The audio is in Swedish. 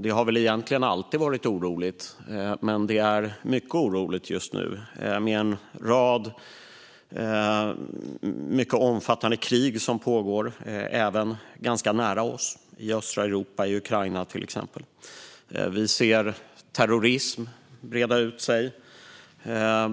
Det har väl egentligen alltid varit oroligt, men det är mycket oroligt just nu, med en rad mycket omfattande krig som pågår, även ganska nära oss, till exempel i östra Europa, i Ukraina. Vi ser terrorism breda ut sig.